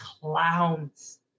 clowns